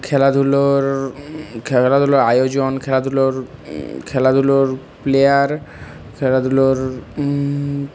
খেলাধুলোর খেলাধুলোর আয়োজন খেলাধুলোর খেলাধুলোর প্লেয়ার খেলাধুলোর